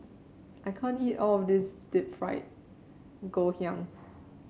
I can't eat all of this Deep Fried Ngoh Hiang